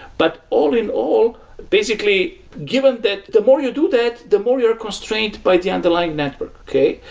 but all in all, basically given that the more you do that, the more you're constrained by the underlying network, okay?